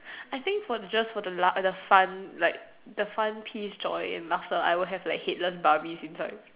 I think for just for the laugh the fun like the fun piece joy and laughter I will have like headless barbie inside